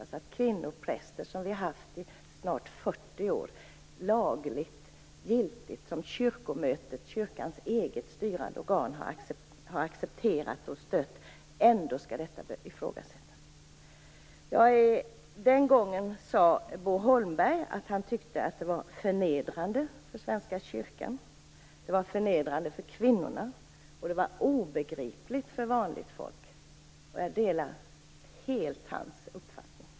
Vi har haft kvinnopräster i snart 40 år, något som kyrkomötet - kyrkans eget styrande organ - har accepterat och stött, och ändå skall kvinnliga präster ifrågasättas. 1988 sade Bo Holmberg att han tyckte att det var förnedrande för Svenska kyrkan och för kvinnorna samtidigt som det var obegripligt för vanligt folk. Jag delar helt Bo Holmbergs uppfattning.